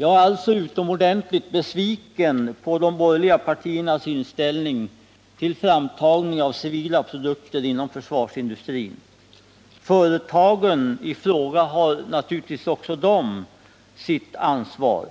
Jag är alltså utomordentligt besviken på de borgerliga partiernas inställning till framtagning av civila produkter inom försvarsindustrin. Företagen i fråga har naturligtvis också de sitt ansvar,